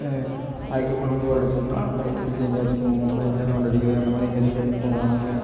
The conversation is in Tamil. அதுக்கப்பறம் போரடிச்சதுன்னால் பைக் எடுத்துட்டு எங்கேயாச்சும் போவோம் பைக்ல ரௌண்ட் அடிக்கிற அந்த மாதிரி எங்கேயாச்சும் போ போவோம் நாங்கள்